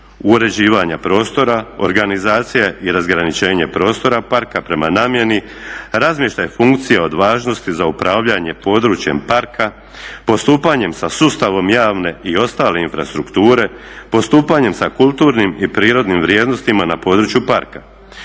uređivanja prostora, organizacija i razgraničenje prostora parka prema namjeni, razmještaj funkcija od važnosti za upravljanje područjem parka, postupanjem sa sustavom javne i ostale infrastrukture, postupanjem sa kulturnim i prirodnim vrijednostima na području parka,